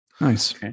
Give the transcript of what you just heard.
nice